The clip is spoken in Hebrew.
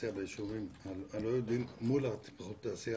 תעשייה ביישובים הלא יהודיים מול תוכניות תעשייה